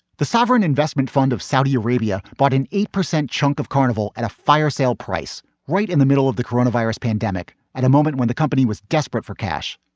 the sovereign investment fund of saudi arabia bought an eight percent chunk of carnival at a fire sale price right in the middle of the corona virus pandemic at a moment when the company was desperate for cash.